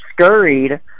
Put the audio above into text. scurried